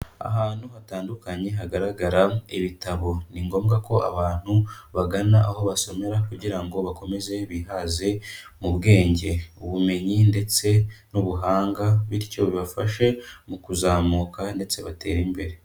Ahantu hatandukanye hagaragara ibitabo. Ni ngombwa ko abantu bagana aho basomera kugira ngo bakomeze bihaze: mu bwenge, ubumenyi ndetse n'ubuhanga, bityo bibafashe mu kuzamuka ndetse batere imbere.